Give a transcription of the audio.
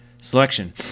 selection